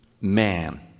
man